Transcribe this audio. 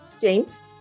James